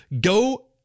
Go